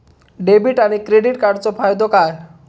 Debit आणि credit कार्डचो फायदो काय?